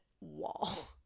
wall